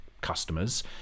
customers